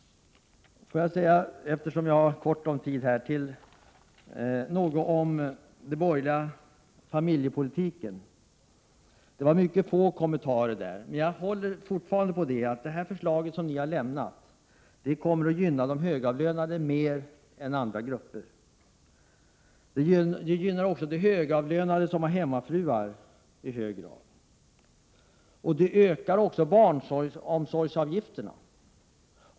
Jag vill också säga några ord om den borgerliga familjepolitiken. Det gjordes mycket få kommentarer om den. Jag håller fortfarande på att det förslag som ni har lämnat kommer att gynna de högavlönade mer än andra grupper. Det gynnar också i hög grad de högavlönade som har hemmafruar. Det ökar dessutom barnomsorgsavgifterna.